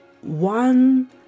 one